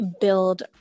build